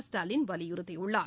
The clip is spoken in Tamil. ஸ்டாலின் வலியுறுத்தியுள்ளார்